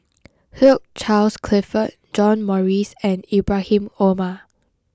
Hugh Charles Clifford John Morrice and Ibrahim Omar